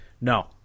No